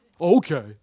Okay